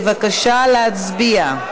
בבקשה להצביע.